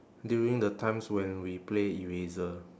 during the times when we play eraser